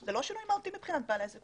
זה לא שינוי מהותי מבחינת בעל העסק.